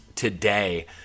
today